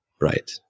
Right